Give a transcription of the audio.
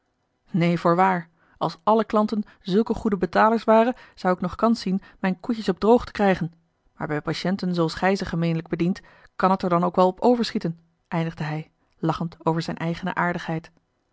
neen voorwaar als alle klanten zulke goede betalers waren zou ik nog kans zien mijne koetjes op droog te krijgen maar bij patiënten zooals gij ze gemeenlijk bedient kan het er dan ook wel op overschieten eindigde hij lachend over zijne eigene aardigheid